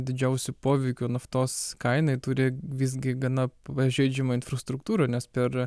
didžiausių poveikių naftos kainai turi visgi gana pažeidžiamą infrastruktūrą nes per